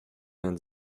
vingt